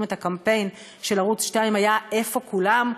את הקמפיין של ערוץ 2 שהיה: איפה כולם?